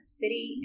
city